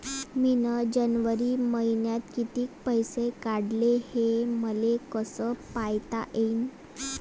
मिन जनवरी मईन्यात कितीक पैसे काढले, हे मले कस पायता येईन?